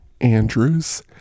Andrews